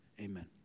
amen